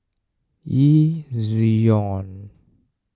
Ezion